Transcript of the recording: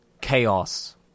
Chaos